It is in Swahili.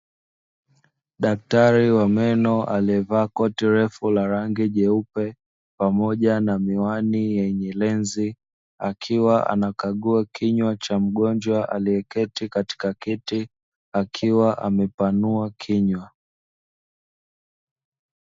Daktari wa meno aliyevaa koti refu la rangi jeupe, pamoja na miwani yenye lenzi, akiwa anakagua kinywa cha mgonjwa aliyeketi katika kiti, akiwa amepanua kinywa.